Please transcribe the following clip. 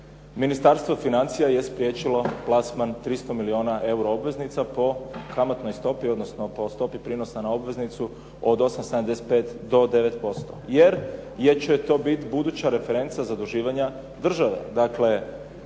Ministarstvo financija je spriječilo plasman 300 milijuna euro obveznica po kamatnoj stopi, odnosno po stopi prijenosa na obveznicu od 8,75, do 9%. Jer će to biti buduća referenca zaduživanja države.